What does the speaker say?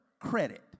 credit